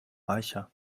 reicher